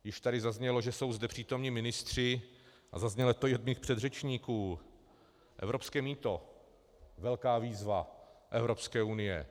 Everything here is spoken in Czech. Již tady zaznělo, že jsou zde přítomni ministři, a zaznělo to i od mých předřečníků evropské mýto, velká výzva Evropské unie.